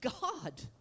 God